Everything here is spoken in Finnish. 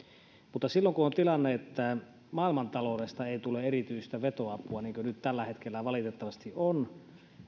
mutta silloin kun on tilanne että maailmantaloudesta ei tule erityistä vetoapua niin kuin nyt tällä hetkellä valitettavasti on